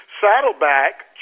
Saddleback